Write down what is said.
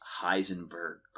Heisenberg